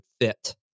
fit